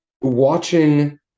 watching